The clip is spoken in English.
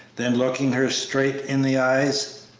then, looking her straight in the eyes,